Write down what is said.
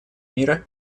мира